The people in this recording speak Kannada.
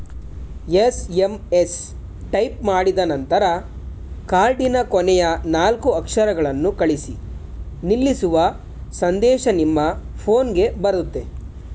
ಎಸ್.ಎಂ.ಎಸ್ ಟೈಪ್ ಮಾಡಿದನಂತರ ಕಾರ್ಡಿನ ಕೊನೆಯ ನಾಲ್ಕು ಅಕ್ಷರಗಳನ್ನು ಕಳಿಸಿ ನಿಲ್ಲಿಸುವ ಸಂದೇಶ ನಿಮ್ಮ ಫೋನ್ಗೆ ಬರುತ್ತೆ